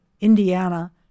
Indiana